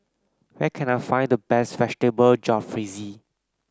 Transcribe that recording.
where can I find the best Vegetable Jalfrezi